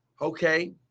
okay